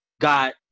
got